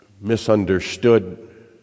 misunderstood